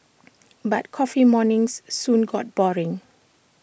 but coffee mornings soon got boring